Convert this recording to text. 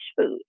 food